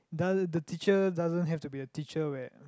the the teacher doesn't have to be a teacher where